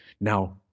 Now